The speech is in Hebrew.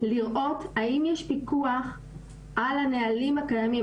לראות האם יש פיקוח על הנהלים הקיימים.